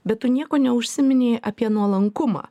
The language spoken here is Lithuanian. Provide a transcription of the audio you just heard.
bet tu nieko neužsiminei apie nuolankumą